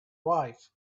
wife